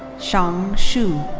hsiang hsu.